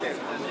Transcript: הוא